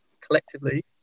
collectively